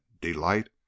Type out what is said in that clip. delight